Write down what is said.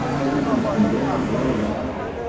everything's been deadly dull without her.